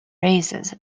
raises